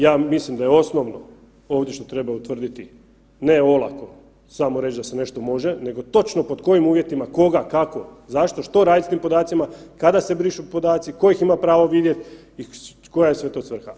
Ja mislim da je osnovno ovdje što treba utvrditi ne olako samo reći da se nešto može nego točno pod kojim uvjetima, koga, kako, zašto, što raditi s tim podacima, kada se brišu podaci, tko ih ima pravo vidjet i koja je to sve svrha.